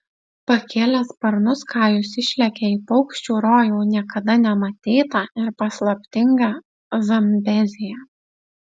pakėlęs sparnus kajus išlekia į paukščių rojų niekada nematytą ir paslaptingą zambeziją